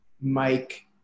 Mike